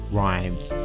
rhymes